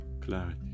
clarity